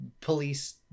police